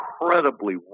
incredibly